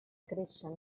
créixer